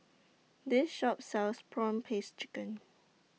This Shop sells Prawn Paste Chicken